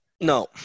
No